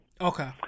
Okay